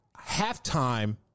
halftime